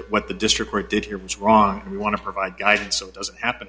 that what the district court did here was wrong we want to provide guidance it doesn't happen